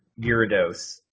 Gyarados